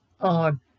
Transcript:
on